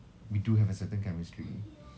we do have a certain chemistry